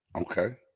Okay